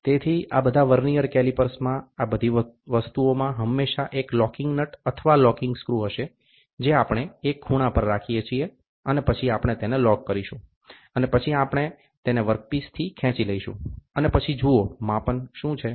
તેથી આ બધા વર્નીઅર કેલિપર્સમાં આ બધી વસ્તુઓમાં હંમેશાં એક લોકીંગ નટ અથવા લોકીંગ સ્ક્રુ હશે જે આપણે એક ખૂણા પર રાખીએ છીએ અને પછી આપણે તેને લોક કરીશું અને પછી આપણે તેને વર્ક પીસથી ખેંચી લઈશું અને પછી જુઓ માપન શું છે